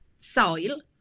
soil